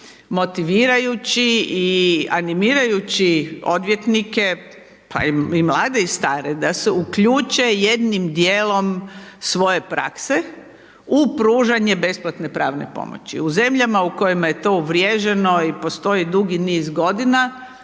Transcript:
motivirajući i animirajući odvjetnike, pa i mlade i stare da se uključe jednim dijelom svoje prakse u pružanje besplatne pravne pomoći u zemljama u kojima je to uvrježeno i postoji dugi niz godina,